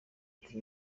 ati